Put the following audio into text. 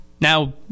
Now